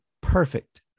perfect